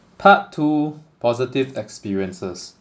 part two positive experiences